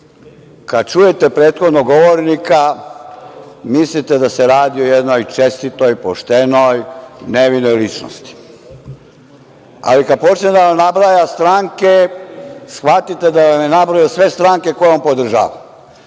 kada čujete prethodnog govornika mislite da se radi o jednoj čestitoj, poštenoj, nevinoj ličnosti. Ali, kada počne da vam nabraja stranke, shvatite da vam je nabrojao sve stranke koje on podržava.